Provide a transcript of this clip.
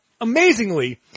amazingly